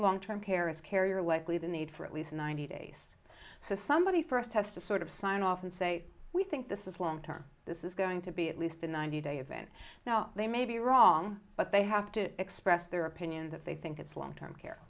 long term care is carrier likely the need for at least ninety days so somebody first has to sort of sign off and say we think this is long term this is going to be at least a ninety day event now they may be wrong but they have to express their opinion that they think it's long term care